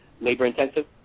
labor-intensive